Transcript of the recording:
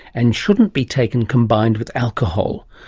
and should not be taken combined with alcohol.